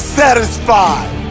satisfied